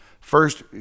First